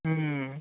হুম